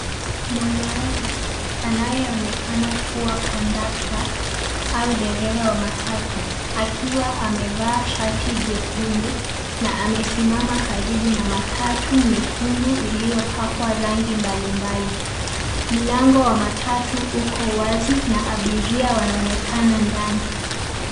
Mwanaume anayeonekana kuwa kondakta au dereva wa matatu akiwa amevaa shati jekundu na amesimama karibu na matatu nyekundu iliyopakwa rangi mbalimbali. Mlango wa matatu uko wazi na abiria wanaonekana ndani.